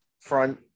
front